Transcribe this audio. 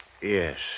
Yes